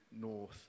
north